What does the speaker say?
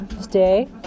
Stay